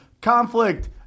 Conflict